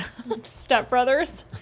stepbrothers